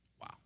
Wow